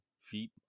feet